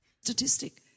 Statistic